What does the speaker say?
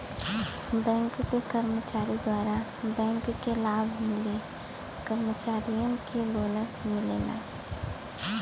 bank क कर्मचारी द्वारा बैंक के लाभ मिले कर्मचारियन के बोनस मिलला